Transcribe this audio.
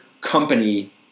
company